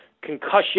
concussion